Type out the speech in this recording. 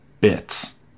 bits